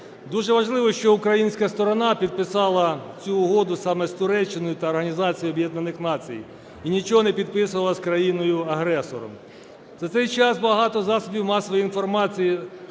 Дуже важливо, що українська сторона підписала цю угоду саме з Туреччиною та Організацією Об'єднаних Націй і нічого не підписувала з країною-агресором. За цей час багато засобів масової інформації